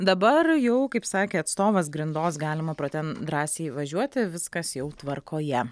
dabar jau kaip sakė atstovas grindos galima pro ten drąsiai važiuoti viskas jau tvarkoje